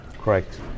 Correct